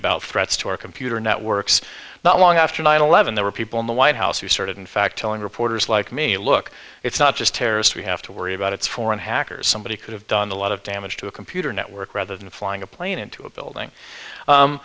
about threats to our computer networks not long after nine eleven there were people in the white house who started in fact telling reporters like me look it's not just terrorists we have to worry about it's foreign hackers somebody could have done a lot of damage to a computer network rather than flying a plane into a building